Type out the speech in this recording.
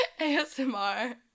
ASMR